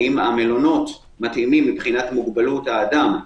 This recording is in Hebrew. האם המלונות מתאימים מבחינת מוגבלות האדם.